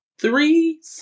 three